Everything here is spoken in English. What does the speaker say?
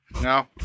No